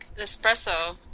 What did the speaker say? espresso